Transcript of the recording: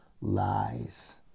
lies